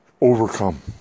Overcome